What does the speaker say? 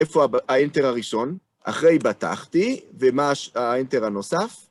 איפה האנטר הראשון, אחרי בטחתי, ומה האנטר הנוסף?